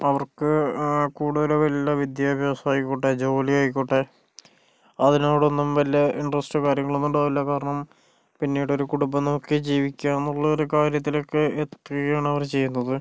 അവർക്ക് കൂടുതല് വലിയ വിദ്യാഭ്യാസം ആയിക്കോട്ടെ ജോലി ആയിക്കോട്ടെ അതിനോടൊന്നും വല്യ ഇൻ്ററസ്റ്റ് കാര്യങ്ങളൊന്നും ഉണ്ടാവില്ല കാരണം പിന്നീടൊരു കുടുംബം നോക്കി ജീവിക്കണന്നൊള്ള ഒരു കാര്യത്തിലേക്ക് എത്തുകയാണ് അവര് ചെയ്യുന്നത്